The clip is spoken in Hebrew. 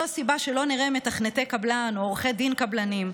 זו הסיבה שלא נראה מתכנתי קבלן או עורכי דין קבלנים.